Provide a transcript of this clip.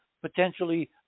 potentially